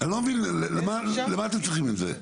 אני לא מבין למה אתם צריכים את זה?